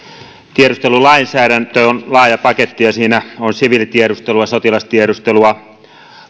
tiedustelulainsäädäntö on laaja paketti ja siinä on siviilitiedustelua sotilastiedustelua